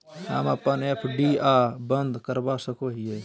हम अप्पन एफ.डी आ बंद करवा सको हियै